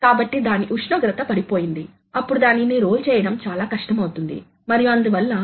కాబట్టి మొదట మీరు ఒక సాధారణ ప్రోగ్రామ్ బ్లాక్ లో ఇటువంటి పారామితులను కలిగి ఉండవచ్చు ఒక బ్లాక్ స్కిప్ లాగా ఉండవచ్చు